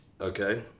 Okay